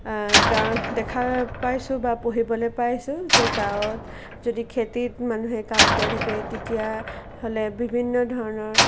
গা দেখা পাইছোঁ বা পঢ়িবলৈ পাইছোঁ যে গাঁৱত যদি খেতিত মানুহে কাম কৰি থাকে তেতিয়াহ'লে বিভিন্ন ধৰণৰ